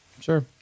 Sure